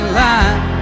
line